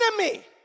enemy